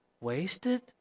Wasted